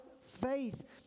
faith